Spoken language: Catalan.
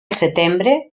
setembre